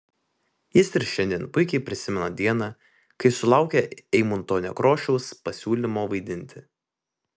jis ir šiandien puikiai prisimena dieną kai sulaukė eimunto nekrošiaus pasiūlymo vaidinti